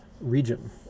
region